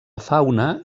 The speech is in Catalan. fauna